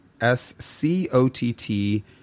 s-c-o-t-t